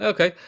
Okay